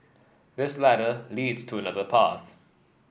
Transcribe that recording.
this ladder leads to another path